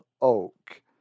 Oak